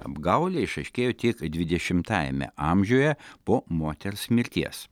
apgaulė išaiškėjo tik dvidešimtajame amžiuje po moters mirties